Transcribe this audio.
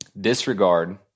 disregard